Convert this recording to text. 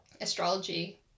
astrology